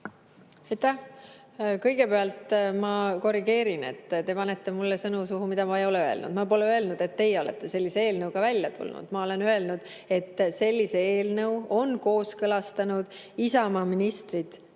Aitäh! Kõigepealt ma korrigeerin, et te panete mulle suhu sõnu, mida ma ei ole öelnud. Ma pole öelnud, et teie olete sellise eelnõuga välja tulnud. Ma olen öelnud, et sellise eelnõu on kooskõlastanud Isamaa ministrid: